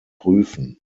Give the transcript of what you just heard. prüfen